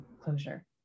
closure